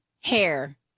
hair